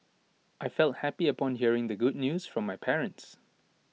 I felt happy upon hearing the good news from my parents